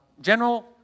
general